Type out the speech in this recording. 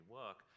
work